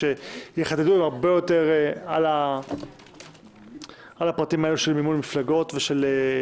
שיחדדו הרבה יותר על הפרטים האלה של מימון מפלגות ושל הלוואות.